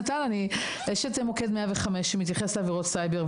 יש את מוקד 105 שמתייחס לעבירות סייבר,